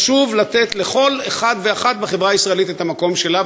חשוב לתת לכל אחד ואחת בחברה הישראלית את המקום שלה,